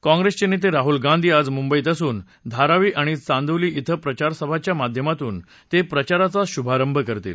काँग्रिस नेते राहुल गांधी आज मुंबईत असून धारावी आणि चांदिवली इथं प्रचारसभांच्या माध्यमातून ते प्रचाराचा शुभारंभ करतील